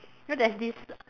you know there's this